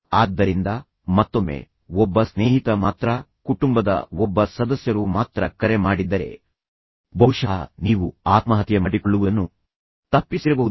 ಆದ್ದರಿಂದ ಮತ್ತೊಮ್ಮೆ ಒಬ್ಬ ಸ್ನೇಹಿತ ಮಾತ್ರ ಕುಟುಂಬದ ಒಬ್ಬ ಸದಸ್ಯರು ಮಾತ್ರ ಕರೆ ಮಾಡಿದ್ದರೆ ಬಹುಶಃ ನೀವು ಆತ್ಮಹತ್ಯೆ ಮಾಡಿಕೊಳ್ಳುವುದನ್ನು ತಪ್ಪಿಸಿರಬಹುದು